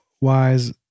wise